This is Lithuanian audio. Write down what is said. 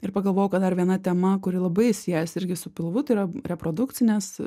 ir pagalvojau kad dar viena tema kuri labai siejasi irgi su pilvu tai yra reprodukcinės